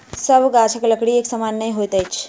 सभ गाछक लकड़ी एक समान नै होइत अछि